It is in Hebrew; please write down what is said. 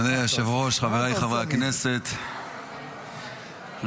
אדוני היושב-ראש, חבריי חברי הכנסת, ראשית,